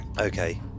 okay